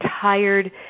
tired